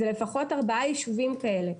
זה לפחות ארבעה יישובים כאלה.